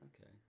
okay